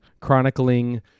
chronicling